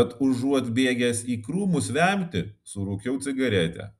bet užuot bėgęs į krūmus vemti surūkiau cigaretę